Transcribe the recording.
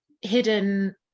hidden